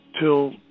till